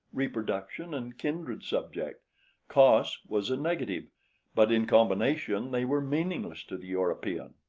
reproduction and kindred subjects cos was a negative but in combination they were meaningless to the european.